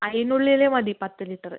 അതിന് ഉള്ളില് മതി പത്ത് ലിറ്ററ്